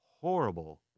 horrible